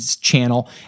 channel